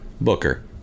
Booker